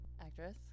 Actress